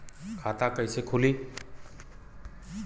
खाता कइसे खुली?